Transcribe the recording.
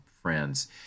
friends